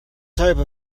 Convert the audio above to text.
type